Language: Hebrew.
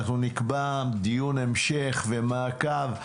אנחנו נקבע דיון המשך ומעקב.